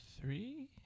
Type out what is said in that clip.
three